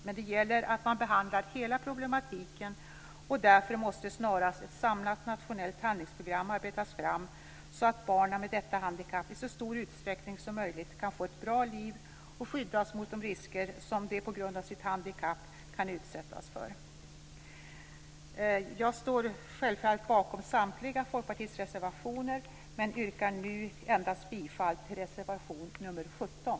Men det gäller att man behandlar hela problematiken, och därför måste snarast ett samlat nationellt handlingsprogram arbetas fram så att barn med detta handikapp i så stor utsträckning som möjligt kan få ett bra liv och skyddas mot de risker som de på grund av sitt handikapp annars kan utsättas för. Jag står självfallet bakom samtliga Folkpartiets reservationer, men jag yrkar bifall endast till reservation nr 17.